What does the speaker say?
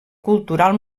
cultural